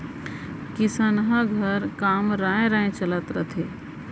किसनहा घर काम राँय राँय चलत रहिथे